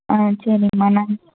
ஆ சரிங்கமா நன்